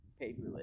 paperless